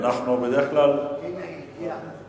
הנה הגיע.